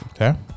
Okay